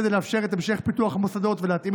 כדי לאפשר את המשך פיתוח המוסדות כדי שיתאימו